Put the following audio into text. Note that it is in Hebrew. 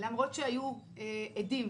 למרות שהיו עדים